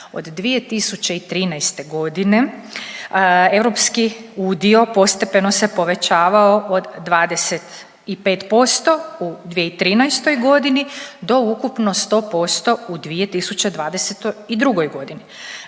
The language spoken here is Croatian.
Od 2013. godine europski udio postepeno se povećavao od 25% u 2013. godini do ukupno 100% u 2022. godini.